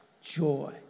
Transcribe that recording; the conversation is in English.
joy